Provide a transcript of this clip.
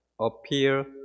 appear